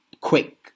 quick